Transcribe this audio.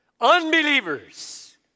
Unbelievers